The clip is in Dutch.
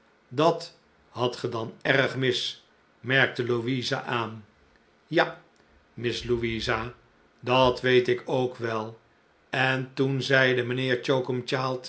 dat hadt ge dan erg mis merkte louisa aan ja miss louisa dat weet ik ook wel en toen zeide mijnheer